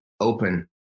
open